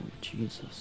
Jesus